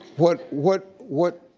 what, what, what,